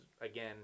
again